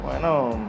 Bueno